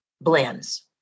blends